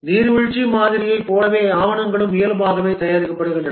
நீர்வீழ்ச்சி மாதிரியைப் போலவே ஆவணங்களும் இயல்பாகவே தயாரிக்கப்படுகின்றன